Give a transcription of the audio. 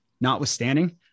notwithstanding